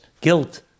guilt